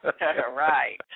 Right